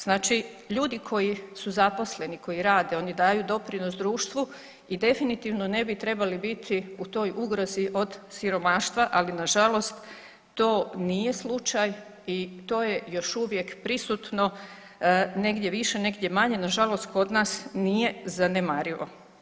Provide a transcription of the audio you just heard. Znači ljudi koji su zaposleni, koji rade, oni daju doprinos društvu i definitivno ne bi trebali biti u toj ugrozi od siromaštva, ali nažalost to nije slučaj i to je još uvijek prisutno negdje više negdje manje, nažalost kod nas nije zanemarivo.